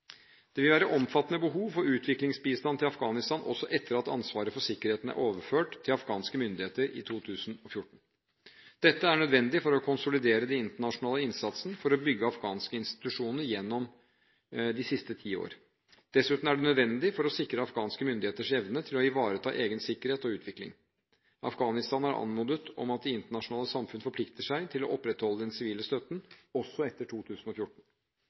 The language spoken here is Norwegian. Det vil være omfattende behov for utviklingsbistand til Afghanistan også etter at ansvaret for sikkerheten er overført til afghanske myndigheter i 2014. Dette er nødvendig for å konsolidere den internasjonale innsatsen for å bygge afghanske institusjoner gjennom de siste ti år. Dessuten er det nødvendig for å sikre afghanske myndigheters evne til å ivareta egen sikkerhet og utvikling. Afghanistan har anmodet om at det internasjonale samfunnet forplikter seg til å opprettholde den sivile støtten også etter 2014.